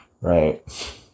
right